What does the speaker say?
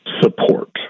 support